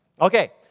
Okay